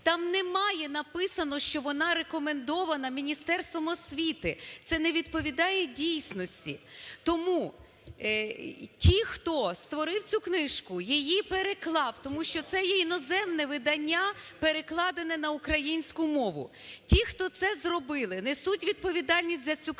там немає написано, що вона рекомендована Міністерством освіти. Це не відповідає дійсності. Тому ті, хто створив цю книжку, її переклав, тому що це є іноземне видання, перекладене на українську мову, ті, хто це зробили, несуть відповідальність за цю книжку.